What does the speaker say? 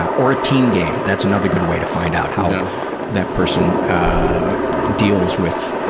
ah or a team game, that's another good way to find out how that person deals with